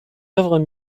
œuvres